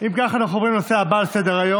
אם כך, אנחנו עוברים לנושא הבא על סדר-היום